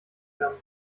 werden